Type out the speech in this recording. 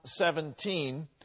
17